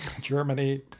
Germany